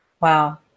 Wow